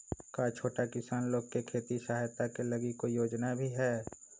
का छोटा किसान लोग के खेती सहायता के लगी कोई योजना भी हई?